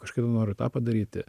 kažkada noriu tą padaryti